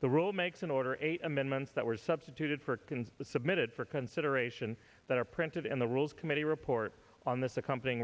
the rule makes an order eight amendments that were substituted for can the submitted for consideration that are printed in the rules committee report on this accompanying